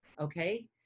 okay